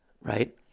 right